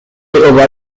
overlies